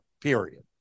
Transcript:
Period